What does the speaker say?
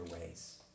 ways